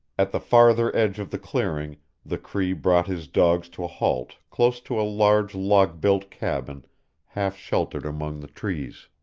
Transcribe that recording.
at the farther edge of the clearing the cree brought his dogs to a halt close to a large log-built cabin half sheltered among the trees.